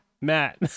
Matt